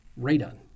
radon